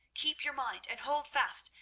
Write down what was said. keep your mind, and hold fast,